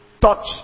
touch